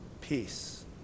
peace